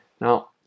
Now